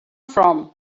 from